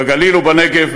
בגליל ובנגב,